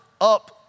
up